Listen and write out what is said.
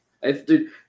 Dude